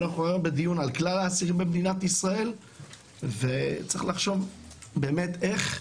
אנחנו היום בדיון על כלל האסירים במדינת ישראל וצריך לחשוב איך למזער,